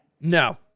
No